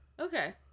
okay